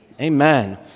Amen